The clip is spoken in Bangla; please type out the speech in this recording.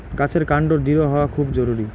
গাছের কান্ড দৃঢ় হওয়া খুব জরুরি